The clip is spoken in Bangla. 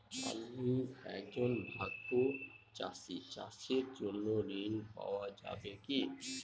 আমি একজন ভাগ চাষি চাষের জন্য ঋণ পাওয়া যাবে কি?